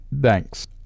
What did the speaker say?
thanks